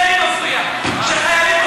זה לי מפריע, אדוני,